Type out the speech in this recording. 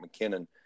McKinnon